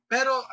Pero